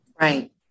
Right